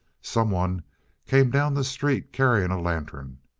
someone came down the street carrying a lantern.